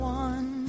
one